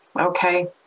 okay